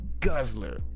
guzzler